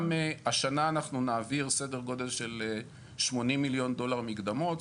גם השנה אנחנו נעביר סדר גודל של 80 מיליון דולר מקדמות.